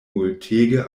multege